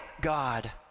God